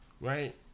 Right